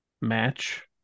match